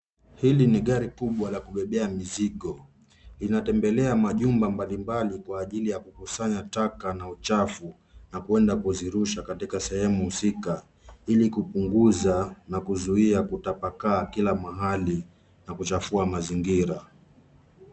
Hili ni gari kubwa la kubebea mizigo, inatembelea majumba mbalimbali kwa ajili ya kukusanya taka na uchafu na kwenda kuzirusha katika sehemu husika, ili kupunguza na kuzuiya kutapakaa kila mahali na kuchafua mazingira.